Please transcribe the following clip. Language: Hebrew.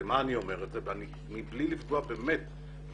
אני אומר את זה באמת בלי לפגוע ואני